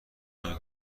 نمی